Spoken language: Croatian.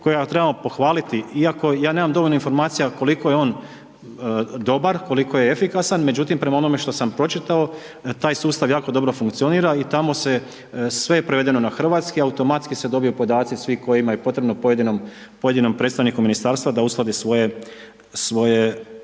koji trebamo pohvaliti iako ja nemam dovoljno informacija koliko je on dobar, koliko je efikasan, međutim prema onome što sam pročitao taj sustav jako dobro funkcionira i tamo se, sve je prevedeno na hrvatski, automatski se dobiju podaci svih kojima je potrebno, pojedinom predstavniku ministarstva da uskladi svoje